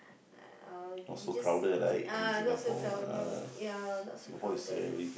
uh we just ah not so crowded ya not so crowded